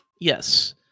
Yes